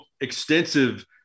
extensive